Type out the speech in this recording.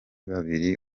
babiri